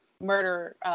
murder